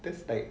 that's like